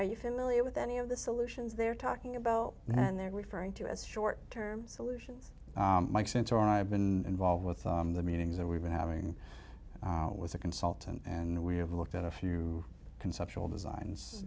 are you familiar with any of the solutions they're talking about now and they're referring to as short term solutions since our i've been involved with the meetings that we've been having with a consultant and we have looked at a few conceptual designs